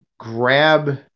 Grab